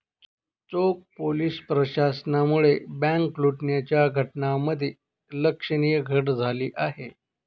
चोख पोलीस प्रशासनामुळे बँक लुटण्याच्या घटनांमध्ये लक्षणीय घट झाली आहे